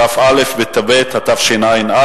כ"א בטבת התשע"א,